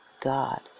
God